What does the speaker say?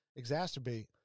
exacerbate